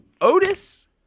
Otis